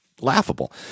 laughable